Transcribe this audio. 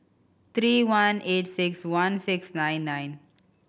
three one eight six one six nine nine